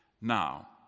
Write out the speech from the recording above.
Now